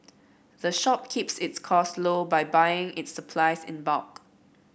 the shop keeps its costs low by buying its supplies in bulk